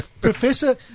Professor